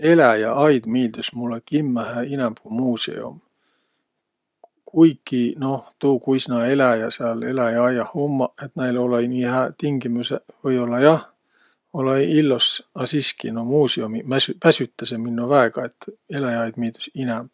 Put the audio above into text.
Eläjäaid miildüs mullõ kimmähe inämb ku muusõum. Kuiki tuu, noh, kuis nuuq eläjäq sääl eläjäaiah ummaq, et näil olõ-õi nii hääq tingimüseq, või-ollaq jah, olõ-õi illos, a siski, naaq muusõumiq mäsü- väsütäseq minno väega. Et eläjäaid miildüs inämb.